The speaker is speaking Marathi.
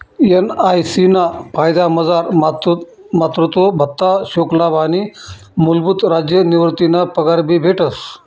एन.आय.सी ना फायदामझार मातृत्व भत्ता, शोकलाभ आणि मूलभूत राज्य निवृतीना पगार भी भेटस